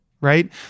right